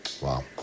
Wow